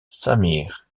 sameer